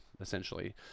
essentially